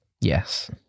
Yes